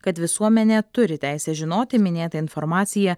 kad visuomenė turi teisę žinoti minėtą informaciją